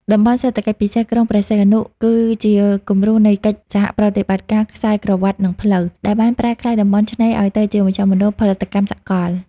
តំបន់សេដ្ឋកិច្ចពិសេសក្រុងព្រះសីហនុ គឺជាគំរូនៃកិច្ចសហប្រតិបត្តិការ "ខ្សែក្រវាត់ និងផ្លូវ" ដែលបានប្រែក្លាយតំបន់ឆ្នេរឱ្យទៅជាមជ្ឈមណ្ឌលផលិតកម្មសកល។